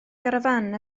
garafán